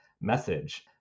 message